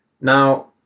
now